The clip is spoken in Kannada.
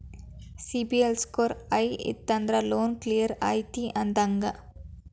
ಸಿಬಿಲ್ ಸ್ಕೋರ್ ಹೈ ಇತ್ತಂದ್ರ ಲೋನ್ ಕ್ಲಿಯರ್ ಐತಿ ಅಂದಂಗ